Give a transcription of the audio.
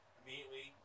immediately